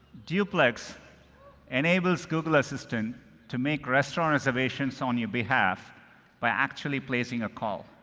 duplex enables google assistant to make restaurant reservations on your behalf by actually placing a call.